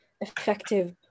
effective